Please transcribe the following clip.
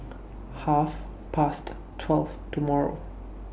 Half Past twelve tomorrow